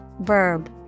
verb